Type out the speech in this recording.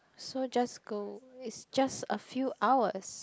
so just go it's just a few hours